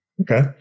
Okay